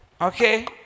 Okay